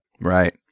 Right